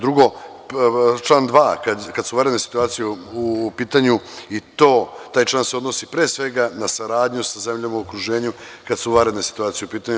Drugo, član 2, kada su vanredne situacije u pitanju i taj član se odnosi pre svega na saradnju sa zemljama u okruženju kada su vanredne situacije u pitanju.